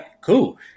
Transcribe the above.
cool